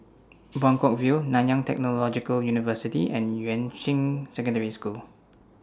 Buangkok View Nanyang Technological University and Yuan Ching Secondary School